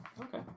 Okay